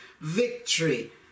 victory